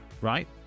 right